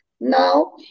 now